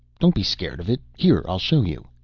don't be scared of it. here, i'll show you.